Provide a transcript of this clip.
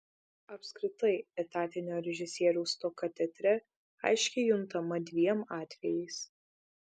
apskritai etatinio režisieriaus stoka teatre aiškiai juntama dviem atvejais